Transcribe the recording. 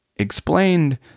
explained